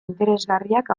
interesgarriak